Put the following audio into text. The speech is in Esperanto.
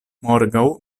morgaŭ